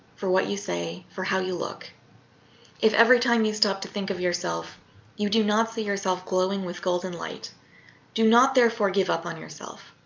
for what you say, for how you look if every time you stop to think much yourself you do not see yourself glowing with golden light do not, therefore, give up on yourself.